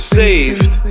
saved